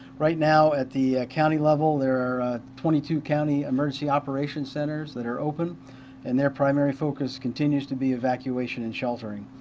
right now at the county level there are twenty two county emergency operations centers that are open and their primary focus continues to be evacuation and shelter. and